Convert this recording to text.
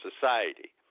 society